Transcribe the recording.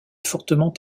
fortement